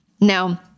Now